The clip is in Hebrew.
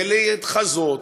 להתחזות,